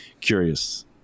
curious